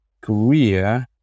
career